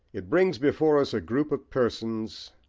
it brings before us a group of persons,